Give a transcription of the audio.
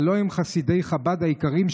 הלוא הם חסידי חב"ד היקרים,